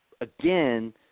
again